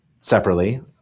separately